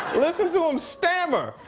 listen to him stammer,